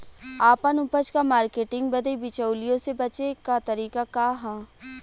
आपन उपज क मार्केटिंग बदे बिचौलियों से बचे क तरीका का ह?